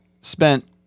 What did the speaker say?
spent